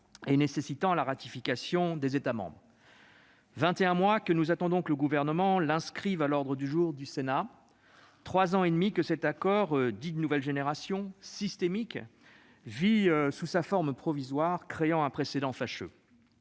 qui nécessite la ratification des États membres. Voilà vingt et un mois que nous attendons que le Gouvernement l'inscrive à l'ordre du jour du Sénat et trois ans et demi que cet accord dit « de nouvelle génération » systémique vit sous sa forme provisoire, créant un précédent fâcheux.